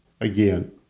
Again